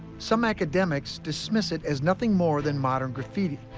some academics dismiss it as nothing more than modern graffiti.